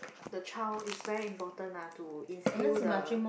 the child is very important lah to instill the